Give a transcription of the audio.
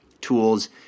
tools